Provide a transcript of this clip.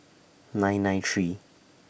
nine nine three